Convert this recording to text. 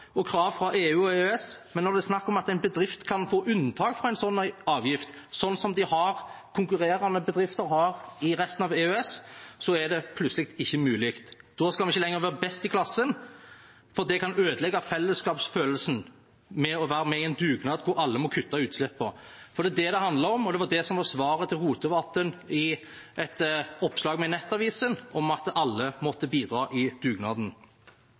og krav fra EU og EØS, men når det er snakk om at en bedrift kan få unntak fra en sånn avgift, slik konkurrerende bedrifter har i resten av EØS, så er det plutselig ikke mulig? Da skal vi ikke lenger være best i klassen, for det kan ødelegge fellesskapsfølelsen ved å være med på en dugnad hvor alle må kutte utslipp. Det er det det handler om, og det var det som var svaret til Rotevatn i et oppslag i Nettavisen – at alle måtte bidra i dugnaden.